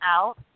out